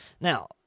Now